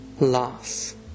loss